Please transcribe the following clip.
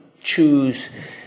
choose